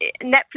Netflix